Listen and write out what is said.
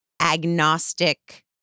agnostic